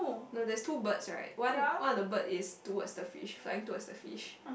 no there's two birds right one one of the bird is towards the fish flying towards the fish